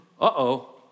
Uh-oh